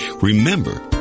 remember